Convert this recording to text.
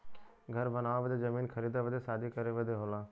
घर बनावे बदे जमीन खरीदे बदे शादी करे बदे होला